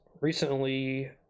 recently